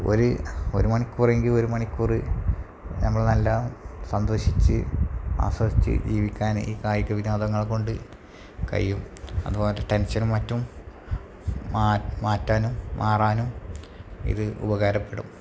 ഒരു ഒരു മണിക്കൂറെങ്കില് ഒരു മണിക്കൂർ നമ്മൾ നല്ല സന്തോഷിച്ച് ആസ്വദിച്ച് ജീവിക്കാന് ഈ കായിക വിനോദങ്ങൾ കൊണ്ട് കഴിയും അത് മറ്റേ ടെൻഷനും മറ്റും മാറ്റാനും മാറാനും ഇത് ഉപകാരപ്പെടും